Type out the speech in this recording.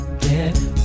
Get